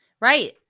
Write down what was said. Right